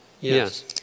Yes